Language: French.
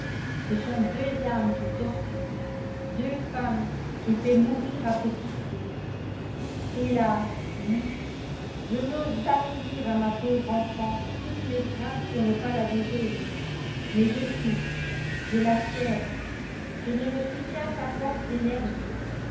ce sont deux âmes qu'il torture deux femmes qu'il fait mourir à petit feu hélas oui je n'ose jamais dire à ma pauvre enfant toutes mes craintes pour ne pas la désoler mais je souffre j'ai la fièvre je ne me soutiens qu'à force d'énergie